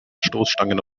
stoßstangen